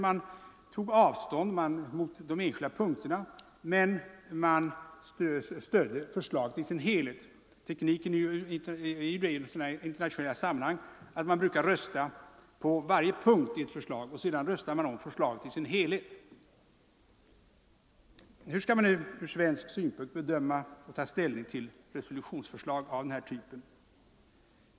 Många svenskar tog avstånd från ett par av de enskilda punkterna men stödde förslaget i dess helhet. Man brukar i sådana här sammanhang först rösta om varje punkt i för slaget, och sedan röster man om förslaget som helhet. Hur skall man nu ur svensk synpunkt bedöma och ta ställning till resolutionsförslag av den här typen?